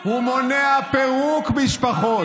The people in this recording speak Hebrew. להפך, הוא מונע פירוק משפחות.